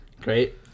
Great